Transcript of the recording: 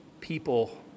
people